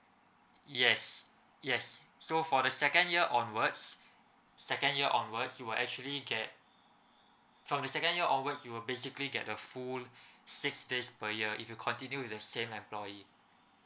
yes yes so for the second year onwards second year onwards you will actually get for the second year onwards you'll basically get the full six days per year if you continue with the same employee